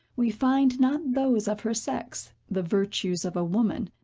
we find not those of her sex, the virtues of a woman,